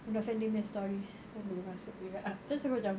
mona fandey punya stories pun boleh masuk juga terus aku macam